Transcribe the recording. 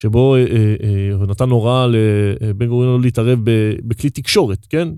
שבו הוא נתן הוראה לבן גוריון להתערב בכלי תקשורת, כן?